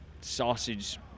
sausage